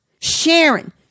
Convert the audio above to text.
Sharon